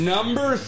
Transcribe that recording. Number